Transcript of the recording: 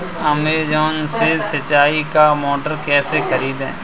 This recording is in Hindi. अमेजॉन से सिंचाई का मोटर कैसे खरीदें?